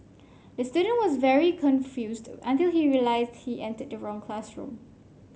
the student was very confused until he realised he entered the wrong classroom